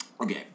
Okay